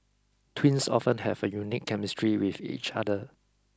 twins often have a unique chemistry with each other